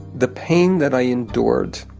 the pain that i endured